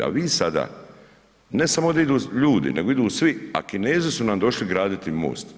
A vi sada ne samo da idu ljudi, nego idu svi, a Kinezi su nam došli graditi most.